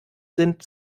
sind